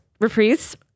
reprise